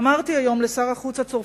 אמרתי היום לשר החוץ הצרפתי,